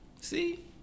See